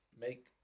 make